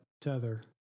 tether